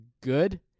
good